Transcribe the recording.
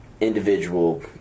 individual